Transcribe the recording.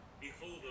behold